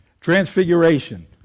transfiguration